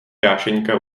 dášeňka